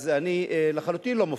אני לחלוטין לא מופתע.